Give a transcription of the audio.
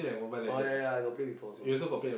oh ya ya ya I got play before also